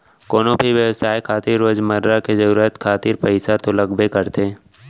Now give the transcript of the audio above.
कोनो भी बेवसाय खातिर रोजमर्रा के जरुरत खातिर पइसा तो लगबे करथे